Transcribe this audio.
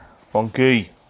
Funky